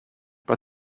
but